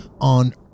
on